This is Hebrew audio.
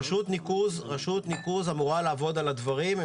רשות ניקוז אמורה לעבוד על הדברים.